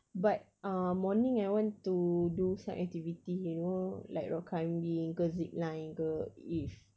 but uh morning I want to do some activity you know like rock climbing ke zipline ke if